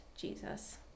Jesus